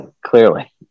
Clearly